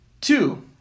Two